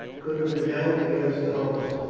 could have been held against a host,